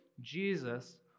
Jesus